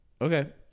Okay